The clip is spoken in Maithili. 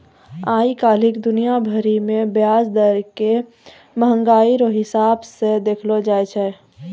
आइ काल्हि दुनिया भरि मे ब्याज दर के मंहगाइ रो हिसाब से देखलो जाय छै